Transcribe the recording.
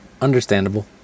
Understandable